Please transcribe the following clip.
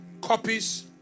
copies